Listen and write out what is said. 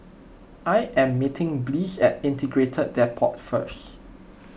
I am meeting Bliss at Integrated Depot first